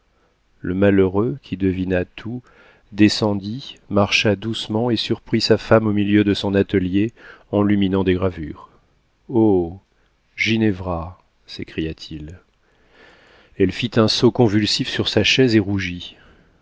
le malheureux qui devina tout descendit marcha doucement et surprit sa femme au milieu de son atelier enluminant des gravures oh ginevra s'écria-t-il elle fit un saut convulsif sur sa chaise et rougit